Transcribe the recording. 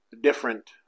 different